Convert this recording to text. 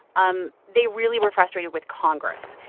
um they really were frustrated with congress.